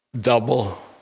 Double